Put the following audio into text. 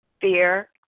fear